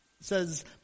says